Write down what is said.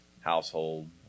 household